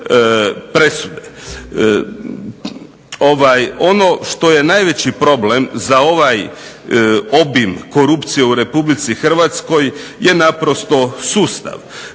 presude. Ono što je najveći problem za ovaj obim korupcije u RH je naprosto sustav.